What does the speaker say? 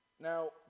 Now